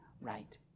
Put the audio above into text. right